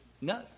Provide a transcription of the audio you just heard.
No